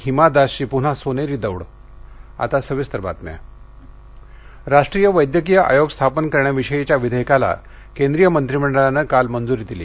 हिमा दासची पुन्हा सोनेरी दौड मंत्रीमंडळ निर्णय राष्ट्रीय वैद्यकीय आयोग स्थापन करण्याविषयीच्या विधेयकाला केंद्रीय मंत्रिमंडळानं काल मंजूरी दिली